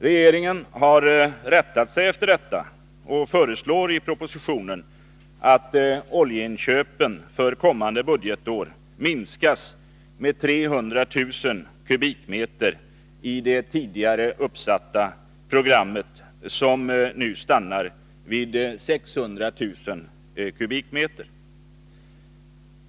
Regeringen har rättat sig efter detta och föreslår i propositionen att oljeinköpen för kommande budgetår minskas med 300 000 kubikmeter i det tidigare uppsatta programmet, som nu stannar vid 600 000 kubikmeter.